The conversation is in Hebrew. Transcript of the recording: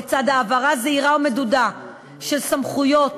לצד העברה זהירה ומדודה של סמכויות,